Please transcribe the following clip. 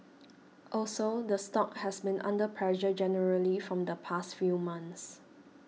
also the stock has been under pressure generally from the past few months